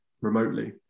remotely